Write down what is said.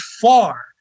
far